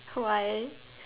why